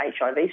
HIV